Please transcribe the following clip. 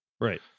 Right